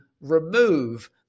remove